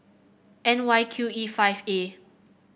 N Y Q E five A